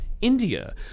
India